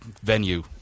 venue